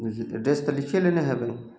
हूँ हूँ एड्रेस तऽ लिखिये लेने हेबइ